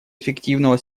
эффективного